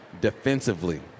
defensively